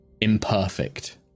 Imperfect